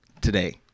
today